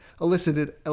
elicited